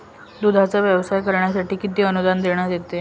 दूधाचा व्यवसाय करण्यासाठी किती अनुदान देण्यात येते?